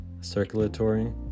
Circulatory